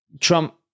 trump